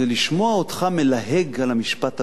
זה לשמוע אותך מלהג על המשפט הבין-לאומי.